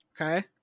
Okay